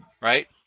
Right